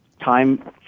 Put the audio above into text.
time